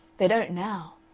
they don't now.